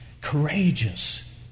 courageous